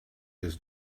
his